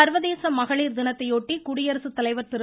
சர்வதேச மகளிர் தினத்தையொட்டி குடியரசுத்தலைவர் திரு